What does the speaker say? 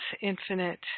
infinite